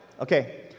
Okay